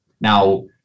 Now